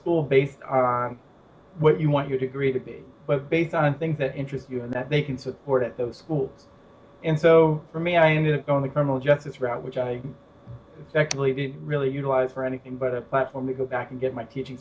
school based on what you want your degree to be based on things that interest you and that they can support at the school and so for me i ended up going the criminal justice route which i actually didn't really utilize for anything but a platform to go back and get my teaching